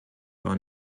war